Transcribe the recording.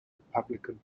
republican